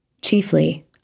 chiefly